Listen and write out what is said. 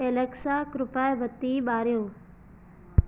Alexa कृपा बती ॿारियो